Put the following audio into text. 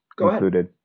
included